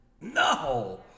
No